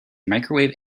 microwave